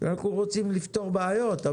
אנחנו רוצים לפתור בעיות,